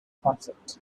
conflict